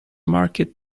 market